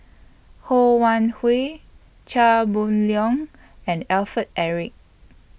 Ho Wan Hui Chia Boon Leong and Alfred Eric